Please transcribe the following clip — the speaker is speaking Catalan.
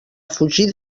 fugir